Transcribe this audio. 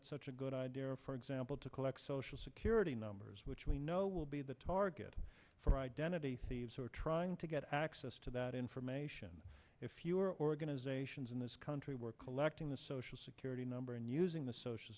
it's such a good idea for example to collect social security numbers which we know will be the target for identity thieves who are trying to get access to that information if you are organizations in this country we're collecting the social security number and using the social